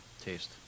Taste